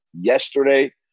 yesterday